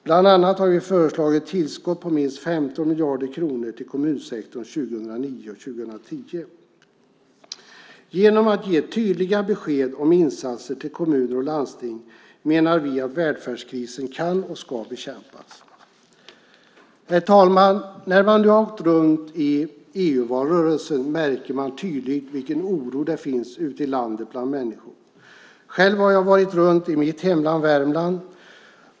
Bland annat har vi föreslagit tillskott på minst 15 miljarder kronor till kommunsektorn 2009 och 2010. Genom att ge tydliga besked om insatser till kommuner och landsting menar vi att välfärdskrisen kan och ska bekämpas. Herr talman! När man har åkt runt i EU-valrörelsen har man mycket tydligt märkt vilken oro det finns ute i landet bland människor. Själv har jag varit runt i mitt hemlän, Värmland.